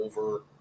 over